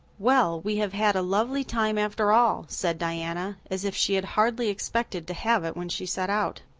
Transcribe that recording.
well, we have had a lovely time after all, said diana, as if she had hardly expected to have it when she set out.